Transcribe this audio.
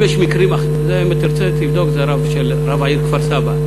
אם תרצה, תבדוק, זה רב העיר כפר-סבא.